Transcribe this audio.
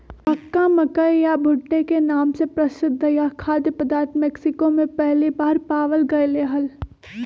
मक्का, मकई या भुट्टे के नाम से प्रसिद्ध यह खाद्य पदार्थ मेक्सिको में पहली बार पावाल गयले हल